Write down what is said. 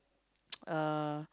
uh